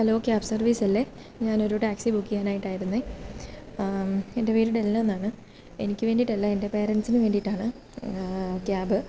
hello cab സർവീസല്ലേ ഞാൻ ഒരു ടാക്സി ബുക്ക്യ്യാനായിട്ടായിര്ന്നെ എൻ്റെ പേര് ഡെൽന എന്നാണ് എനിക്ക് വേണ്ടിയിട്ടല്ല എൻ്റെ പാരൻറ്റ്സിന് വേണ്ടിയിട്ടാണ് ക്യാബ്